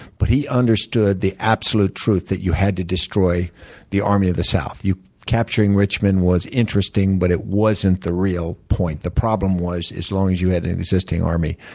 but he understood the absolute truth that you had to destroy the army of the south. capturing richmond was interesting, but it wasn't the real point. the problem was, as long as you had a resisting army,